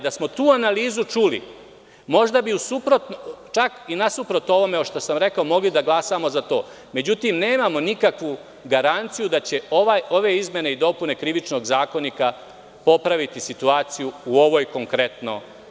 Da smo tu analizu čuli, čak i nasuprot ovome što sam rekao mogli da glasamo za to, međutim nemamo nikakvu garanciju da će ove izmene i dopune Krivičnog zakonika popraviti situaciju u ovoj oblasti konkretno.